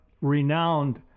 renowned